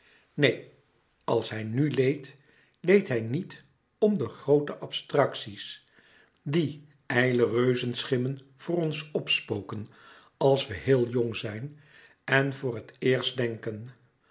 neen als hij n leed leed hij niet om de groote abstracties die ijle reuzenschimmen voor ons opspoken als we héel jong zijn en voor het eerst denken